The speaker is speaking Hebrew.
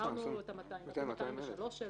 הוא נותן קנס של 300 שקל.